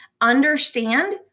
Understand